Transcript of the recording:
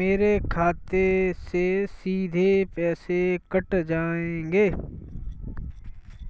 मेरे खाते से सीधे पैसे कट जाएंगे?